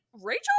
Rachel